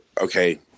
okay